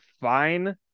fine